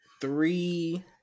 three